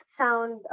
sound